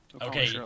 okay